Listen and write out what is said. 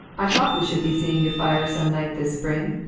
i thought we should be seeing your fire some night this spring.